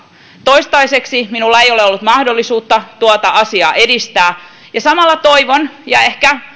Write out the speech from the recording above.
toistaiseksi minulla ei ole ollut mahdollisuutta tuota asiaa edistää samalla ehkä